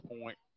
point